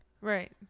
right